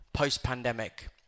post-pandemic